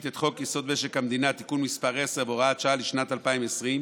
את חוק-יסוד: משק המדינה (תיקון מס' 10 והוראת שעה לשנת 2020),